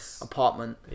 apartment